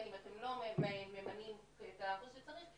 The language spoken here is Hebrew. אם אתם לא ממנים את האחוז שצריך,